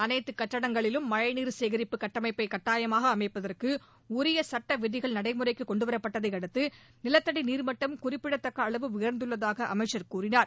அனைத்து கட்டங்களிலும் மழைநீர் சேகரிப்பு கட்டமைப்பை கட்டாயமாக அமைப்பதற்கு உரிய சட்ட விதிகள் நடைமுறைக்கு கொண்டுவரப்பட்டதை அடுத்து நிலத்தடி நீர்மட்டம் குறிப்பிடத்தக்க அளவு உயர்ந்துள்ளதாக அமைச்சர் கூறினார்